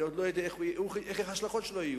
שאני עוד לא יודע מה יהיו ההשלכות שלו,